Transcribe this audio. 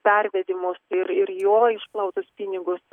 pervedimus ir ir jo išplautus pinigus